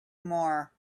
more